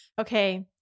okay